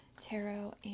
Tarot